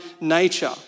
nature